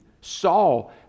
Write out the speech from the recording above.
Saul